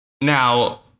Now